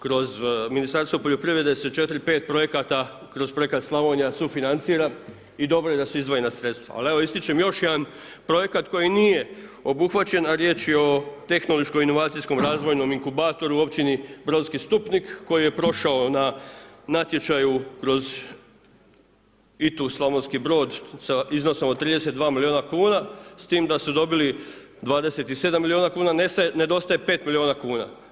Kroz Ministarstvo poljoprivrede se četiri, pet projekata, kroz Projekat Slavonija sufinancira i dobro da su izdvojena sredstva, ali evo, ističem još jedan projekat koji nije obuhvaćen a riječ je o tehnološko-inovacijskom razvojnom inkubatoru u općini Brodski Stupnik koji je prošao na natječaju kroz ITU Slavonski Brod sa iznosom od 32 milijuna kuna s tim da su dobili 27 milijuna kuna, nedostaje 5 milijuna kuna.